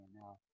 Now